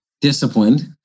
disciplined